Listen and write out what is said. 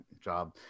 job